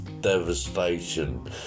devastation